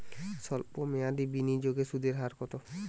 সল্প মেয়াদি বিনিয়োগের সুদের হার কত?